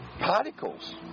particles